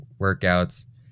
workouts